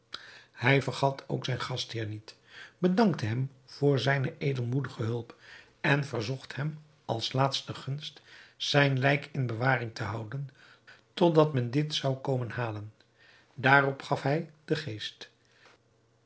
hij vergat ook zijn gastheer niet bedankte hem voor zijne edelmoedige hulp en verzocht hem als laatste gunst zijn lijk in bewaring te houden totdat men dit zou komen halen daarop gaf hij den geest